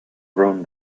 grown